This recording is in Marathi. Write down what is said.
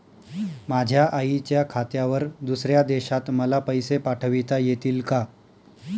माझ्या आईच्या खात्यावर दुसऱ्या देशात मला पैसे पाठविता येतील का?